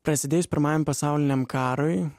prasidėjus pirmajam pasauliniam karui